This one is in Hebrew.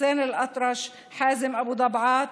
חוסיין אלאטרש, חאזם אבו דבעאת,